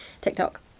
TikTok